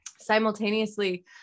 Simultaneously